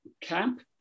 camp